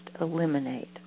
eliminate